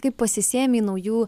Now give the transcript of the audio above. kaip pasisėmei naujų